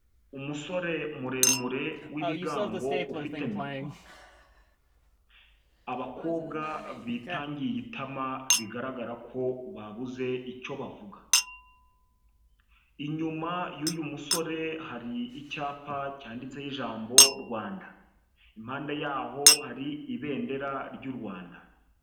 Umusore muremure w'ibigango ufite mikoro, abakobwa bitangiye itama bigaragara ko babuze icyo bavuga, inyuma y'uyu musore hari icyapa cyanditseho ijambo Rwanda, impande yaho hari ibendera ry'u Rwanda.